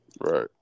Right